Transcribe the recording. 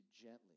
gently